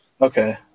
Okay